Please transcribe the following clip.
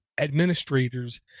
administrators